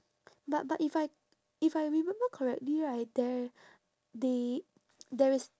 but but if I if I remember correctly right there they there is